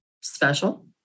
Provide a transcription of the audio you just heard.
special